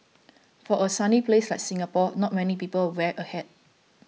for a sunny place like Singapore not many people wear a hat